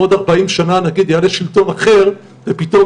בעוד 40 שנה נגיד יעלה שלטון אחר ופתאום